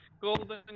golden